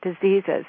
diseases